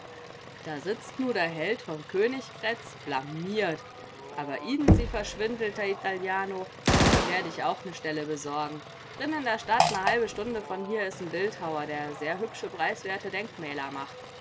da sitzt nu der held von königgrätz blamiert aber ihnen sie verschwindelter italiano ihn'n werd ich auch ne stelle besorgen drin in der stadt ne halbe stunde von hier is n bildhauer der sehr hübsche preiswerte denkmäler macht